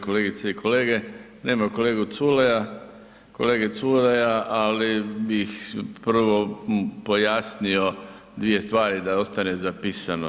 kolegice i kolege, nema kolege Culeja, kolege Culeja, ali bih prvo pojasnio dvije stvari da ostane zapisano.